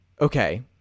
Okay